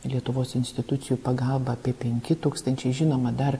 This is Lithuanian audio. lietuvos institucijų pagalba apie penki tūkstančiai žinoma dar